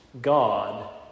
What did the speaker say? God